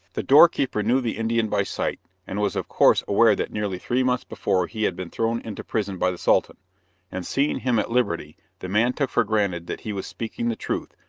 the doorkeeper knew the indian by sight, and was of course aware that nearly three months before he had been thrown into prison by the sultan and seeing him at liberty, the man took for granted that he was speaking the truth,